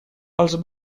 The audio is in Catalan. els